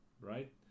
Right